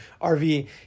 RV